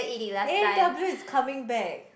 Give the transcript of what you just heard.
A-and-W is coming back